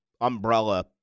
umbrella